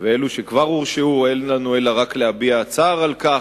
ואלו שכבר הורשעו אין לנו אלא רק להביע צער על כך.